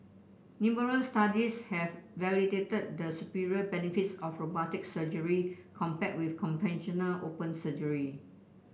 numerous studies have validated the superior benefits of robotic surgery compared with conventional open surgery